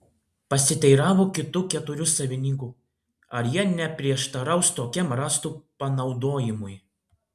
pasiteiravo kitų keturių savininkų ar jie neprieštaraus tokiam rąstų panaudojimui